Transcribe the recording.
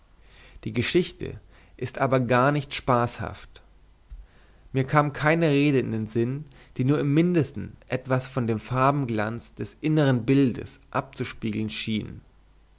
die geschichte ist aber gar nicht spaßhaft mir kam keine rede in den sinn die nur im mindesten etwas von dem farbenglanz des innern bildes abzuspiegeln schien